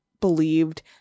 believed